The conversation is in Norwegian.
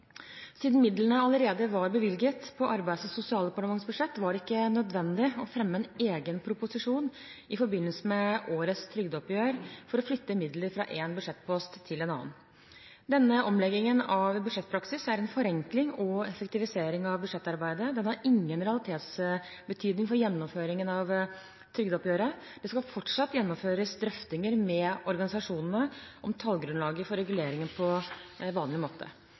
Siden midlene allerede var bevilget på Arbeids- og sosialdepartementets budsjett, var det ikke nødvendig å fremme en egen proposisjon i forbindelse med årets trygdeoppgjør for å flytte midler fra en budsjettpost til en annen. Denne omleggingen av budsjettpraksis er en forenkling og effektivisering av budsjettarbeidet. Den har ingen realitetsbetydning for gjennomføringen av trygdeoppgjøret. Det skal fortsatt gjennomføres drøftinger med organisasjonene om tallgrunnlaget for reguleringen på vanlig måte.